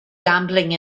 gambling